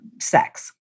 sex